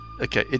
Okay